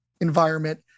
environment